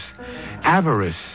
avarice